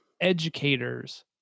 educators